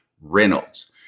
Reynolds